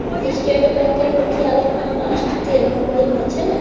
state bank केर मुख्यालय महाराष्ट्र केर मुंबई मे छै